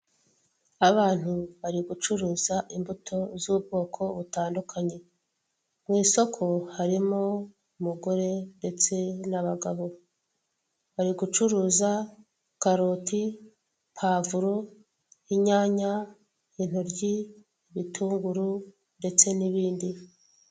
Abantu bari gucuruza imbuto z'ubwoko butandukanye, mw'isoko harimo umugore ndetse n'abagabo. Bari gucuruza karoti, pavuro, inyanya, intoryi, ibitunguru ndetse n'ibindi.